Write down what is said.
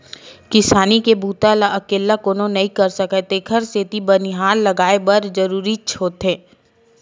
किसानी के बूता ल अकेल्ला कोनो नइ कर सकय तेखर सेती बनिहार लगये बर जरूरीच होथे